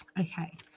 Okay